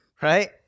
right